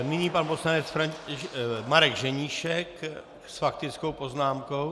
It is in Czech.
Nyní pan poslanec Marek Ženíšek s faktickou poznámkou.